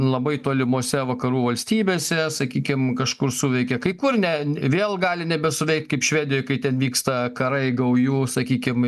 labai tolimose vakarų valstybėse sakykim kažkur suveikė kai kur ne vėl gali nebesuveikt kaip švedijoj kai ten vyksta karai gaujų sakykim